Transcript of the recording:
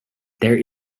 there